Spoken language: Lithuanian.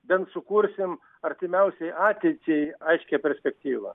bent sukursim artimiausiai ateičiai aiškią perspektyvą